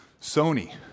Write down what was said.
Sony